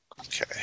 Okay